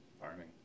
farming